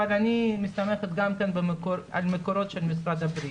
אבל אני מסתמכת גם כן על מקורות של משרד הבריאות.